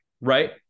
right